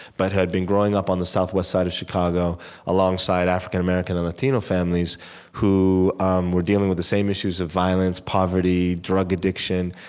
but had been growing up on the southwest side of chicago alongside african-american and latino families who um were dealing with the same issues of violence, poverty, drug addiction